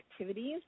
activities